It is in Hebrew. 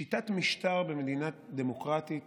שיטת משטר במדינה דמוקרטית